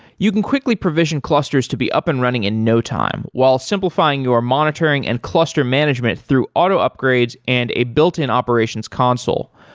you can quickly provision clusters to be up and running in no time while simplifying your monitoring and cluster management through auto upgrades and a built-in operations console.